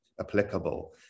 applicable